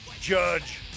Judge